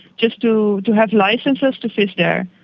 just to to have licences to fish there.